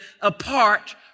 apart